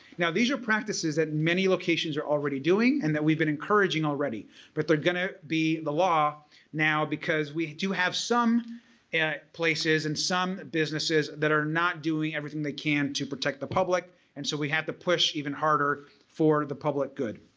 now these are practices that many locations are already doing and that we've been encouraging already but they're going to be the law now because we do have some and places and some businesses that are not doing everything they can to protect the public and so we have to push even harder for the public good.